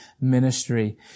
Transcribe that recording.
ministry